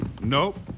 Nope